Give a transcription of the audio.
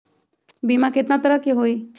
बीमा केतना तरह के होइ?